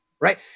right